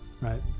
Right